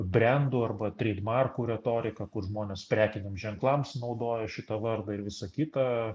brendų arba treidmarkų retoriką kur žmonės prekiniam ženklams naudoja šitą vardą ir visa kita